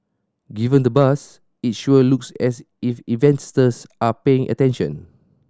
given the buzz it sure looks as if investors are paying attention